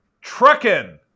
trucking